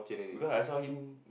because I saw him